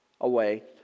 away